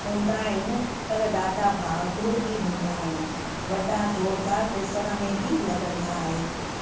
हूंदा आहिनि पर ॾाढा बहादुरु बि हूंदा आहिनि वॾा ज़ोरुदार ॾिसण में बि लॻंदा आहिनि